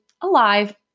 alive